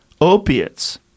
Opiates